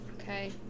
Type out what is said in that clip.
Okay